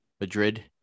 Madrid